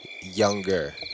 younger